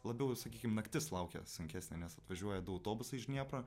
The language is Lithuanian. labiau sakykim naktis laukia sunkesnė nes atvažiuoja du autobusai iš dniepro